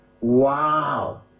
Wow